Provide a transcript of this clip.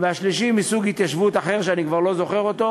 והשלישי מסוג התיישבות אחר שאני כבר לא זוכר אותו.